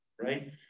right